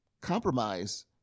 compromise